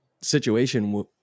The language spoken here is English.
situation